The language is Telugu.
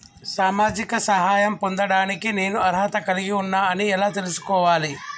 సామాజిక సహాయం పొందడానికి నేను అర్హత కలిగి ఉన్న అని ఎలా తెలుసుకోవాలి?